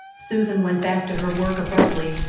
susan went back to her work abruptly.